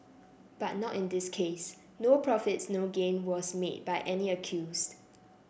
but not in this case no profits no gain was made by any accused